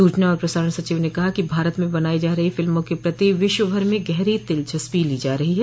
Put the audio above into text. सूचना और प्रसारण सचिव ने कहा कि भारत में बनाई जा रही फिल्मों के प्रति विश्व भर में गहरी दिलचस्पी ली जा रही है